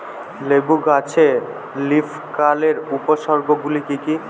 লেবু গাছে লীফকার্লের উপসর্গ গুলি কি কী?